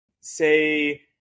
say